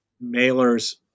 Mailer's